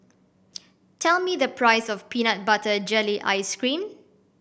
tell me the price of peanut butter jelly ice cream